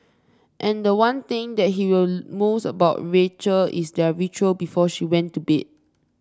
and the one thing that he will most about Rachel is their ritual before she went to bed